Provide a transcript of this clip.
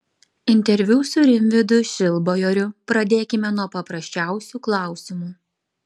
interviu su rimvydu šilbajoriu pradėkime nuo paprasčiausių klausimų